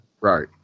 Right